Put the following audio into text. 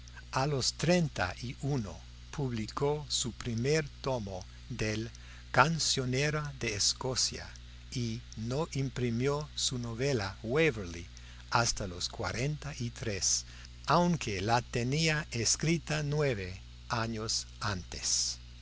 a los treinta y uno publicó su primer tomo del cancionero de escocia y no imprimió su novela waverley hasta los cuarenta y tres aunque la tenía escrita nueve años antes